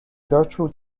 gertrude